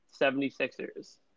76ers